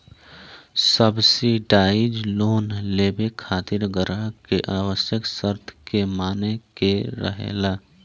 subsidise loan लेबे खातिर ग्राहक के आवश्यक शर्त के माने के रहेला